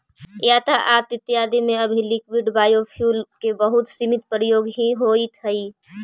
यातायात इत्यादि में अभी लिक्विड बायोफ्यूल के बहुत सीमित प्रयोग ही होइत हई